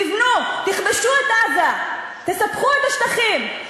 תבנו, תכבשו את עזה, תספחו את השטחים.